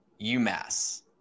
UMass